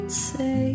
say